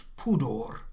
pudor